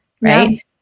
right